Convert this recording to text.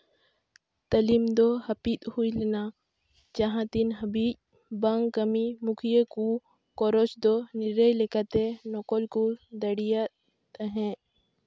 ᱛᱟᱹᱞᱤᱢ ᱫᱚ ᱦᱟᱹᱯᱤᱫ ᱦᱩᱭ ᱞᱮᱱᱟ ᱡᱟᱦᱟᱸ ᱛᱤᱱ ᱦᱟᱹᱵᱤᱡ ᱵᱟᱝ ᱠᱟᱹᱢᱤ ᱢᱩᱠᱷᱤᱭᱟᱹ ᱠᱚ ᱠᱚᱨᱚᱥ ᱫᱚ ᱱᱤᱨᱟᱹᱭ ᱞᱮᱠᱟᱛᱮ ᱱᱚᱠᱚᱞ ᱠᱚ ᱫᱟᱲᱮᱭᱟᱫ ᱛᱟᱦᱮᱸᱜ